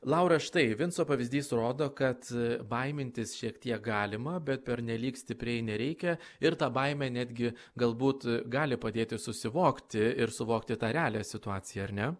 laura štai vinco pavyzdys rodo kad baimintis šiek tiek galima bet pernelyg stipriai nereikia ir ta baimė netgi galbūt gali padėti susivokti ir suvokti tą realią situaciją ar ne